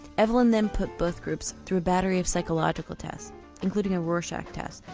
evelyn then put both groups through a battery of psychological tests including a rorschach test,